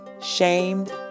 shamed